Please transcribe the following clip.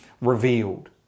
revealed